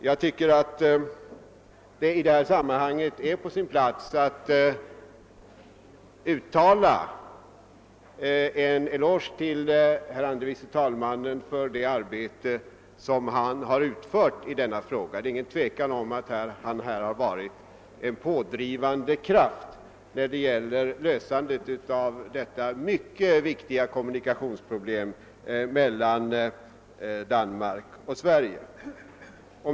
Jag tycker att det i detta sammanhang är på sin plats att ge herr andre vice talmannen en eloge för det arbete ban utfört i den frågan. Det råder inget tvivel om att han varit en pådrivande kraft när det gällt lösandet av problemet med denna mycket viktiga kommunikation mellan Danmark och Sverige. Herr talman!